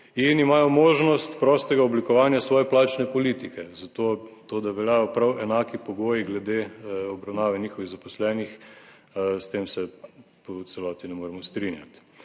in imajo možnost prostega oblikovanja svoje plačne politike, zato to, da veljajo prav enaki pogoji glede obravnave njihovih zaposlenih, s tem se v celoti ne moremo strinjati.